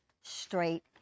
straight